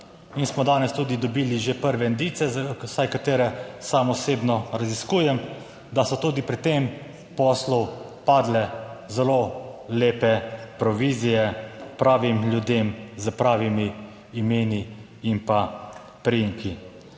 in smo danes tudi dobili že prve indice, vsaj katere sam osebno raziskujem, da so tudi pri tem poslu padle zelo lepe provizije pravim ljudem, s pravimi imeni in priimki.